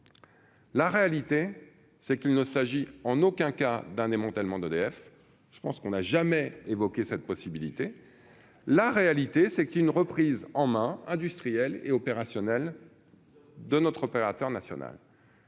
la réalité c'est qu'il ne s'agit en aucun cas d'un démantèlement d'EDF, je pense qu'on n'a jamais évoqué cette possibilité, la réalité c'est qu'il y ait une reprise en main industriel et opérationnel de notre opérateur national